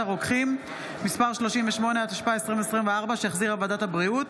הנחה בארנונה